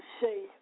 say